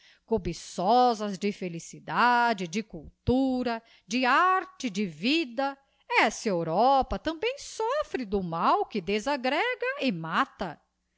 cobiçosas de felicidade de cultura de arte de vida essa europa também soffre do mal que desaggrega e mata